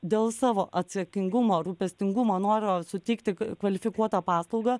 dėl savo atsakingumo rūpestingumo noro suteikti kvalifikuotą paslaugą